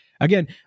again